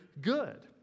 good